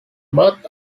birth